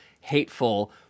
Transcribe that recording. hateful